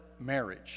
marriage